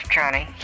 Johnny